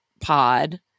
pod